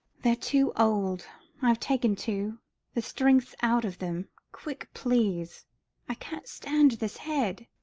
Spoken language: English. they're too old i've taken two the strength's out of them. quick, please i can't stand this head.